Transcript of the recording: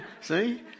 See